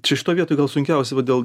čia šitoj vietoj gal sunkiausia va dėl